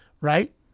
Right